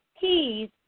Keys